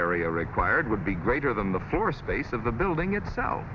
area required would be greater than the floor space of the building itself